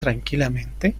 tranquilamente